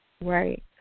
Right